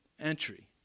entry